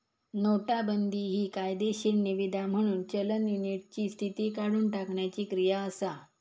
नोटाबंदी हि कायदेशीर निवीदा म्हणून चलन युनिटची स्थिती काढुन टाकण्याची क्रिया असा